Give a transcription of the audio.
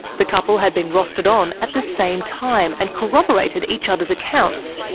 the couple had been rostered on at the same time and corroborated each other's accounts,